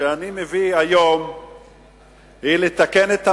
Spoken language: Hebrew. שאני מביא היום היא לתקן את המצב,